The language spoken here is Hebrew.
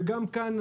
וגם כאן,